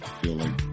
feeling